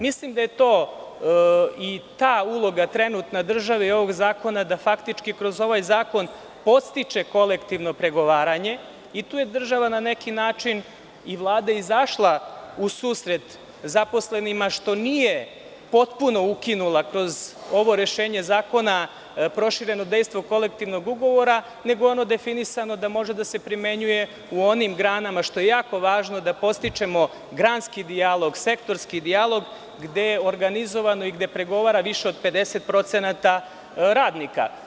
Mislim da je ta uloga države i ovog zakona da faktički kroz ovaj zakon podstiče kolektivno pregovaranje i tu je država na neki način, a i Vlada izašla u susret zaposlenima što nije potpuno ukinula ovo rešenje zakona – prošireno dejstvo kolektivnog ugovora, nego je ono definisano da može da se primenjuje u onim granama, što je jako važno da podstičemo granski dijalog, sektorski dijalog, gde je organizovano i gde pregovara više od 50% radnika.